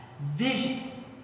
vision